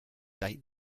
date